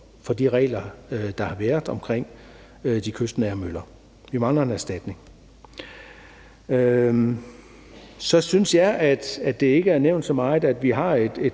for de regler, der har været omkring de kystnære møller. Vi mangler en erstatning. Så synes jeg, at det ikke er nævnt så meget, at vi har et